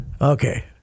okay